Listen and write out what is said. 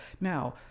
Now